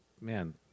man